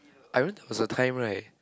I remember there was a time right